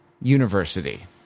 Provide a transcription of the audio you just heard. University